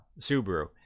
Subaru